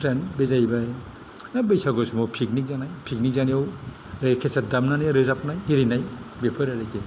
trend बे जाहैबाय बैसागु समाव पिकनिक जानाय पिकनिक जानायाव केसेट दामनानै रोजाबनाय आरिनाय बेफोर आरो कि